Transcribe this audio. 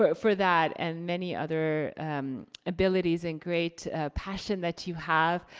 but for that and many other abilities and great passion that you have.